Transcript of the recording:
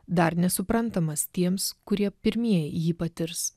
dar nesuprantamas tiems kurie pirmieji jį patirs